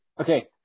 Okay